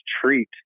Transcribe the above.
treat